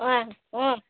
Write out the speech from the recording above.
ಹ್ಞೂ ಹ್ಞೂ